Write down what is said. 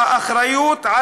השאלה היא,